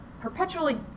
perpetually